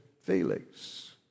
Felix